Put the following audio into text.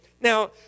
Now